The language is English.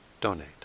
donate